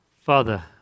Father